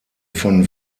von